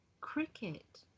cricket